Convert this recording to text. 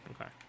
Okay